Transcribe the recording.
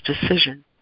decision